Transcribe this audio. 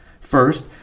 First